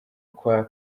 kwa